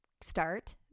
start